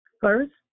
First